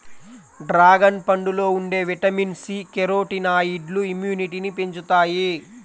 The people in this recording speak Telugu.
డ్రాగన్ పండులో ఉండే విటమిన్ సి, కెరోటినాయిడ్లు ఇమ్యునిటీని పెంచుతాయి